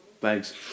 thanks